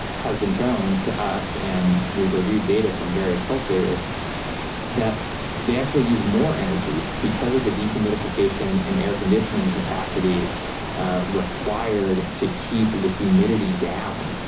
has been shown to us and we've reviewed data from various cultivators that they actually use more energy because of the dehumidification and air conditioning capacity required to keep the humidity down.